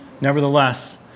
Nevertheless